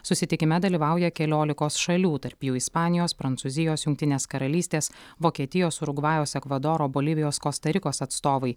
susitikime dalyvauja keliolikos šalių tarp jų ispanijos prancūzijos jungtinės karalystės vokietijos urugvajaus ekvadoro bolivijos kosta rikos atstovai